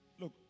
look